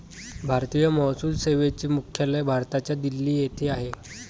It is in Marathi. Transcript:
भारतीय महसूल सेवेचे मुख्यालय भारताच्या दिल्ली येथे आहे